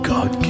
God